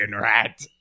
rat